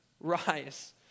rise